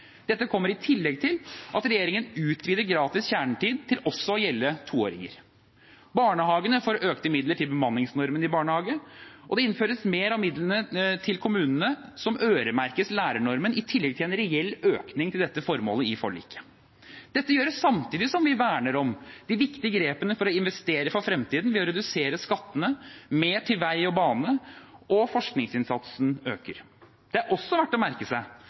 Dette kommer i tillegg til at regjeringen utvider gratis kjernetid til også å gjelde 2-åringer. Barnehagene får økte midler til bemanningsnormen i barnehage som innføres, og mer av midlene til kommunene øremerkes lærernormen i tillegg til en reell øking til dette formålet. Dette gjøres samtidig som vi verner om de viktige grepene for å investere for fremtiden ved å redusere skattene, gi mer til vei og bane og øke forskningsinnsatsen. Det er også verdt å merke seg